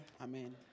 Amen